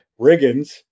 Riggins